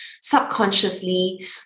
subconsciously